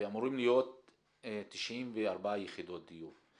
ואמורים להיות 94 יחידות דיור.